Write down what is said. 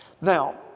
Now